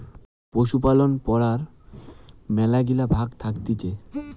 পশুপালন পড়ার মেলাগিলা ভাগ্ থাকতিছে